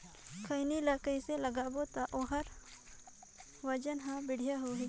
खैनी ला कइसे लगाबो ता ओहार वजन हर बेडिया होही?